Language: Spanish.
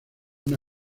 una